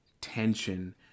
tension